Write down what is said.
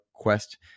Quest